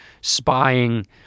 spying